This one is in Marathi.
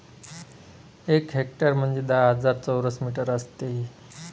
एक हेक्टर म्हणजे दहा हजार चौरस मीटर असते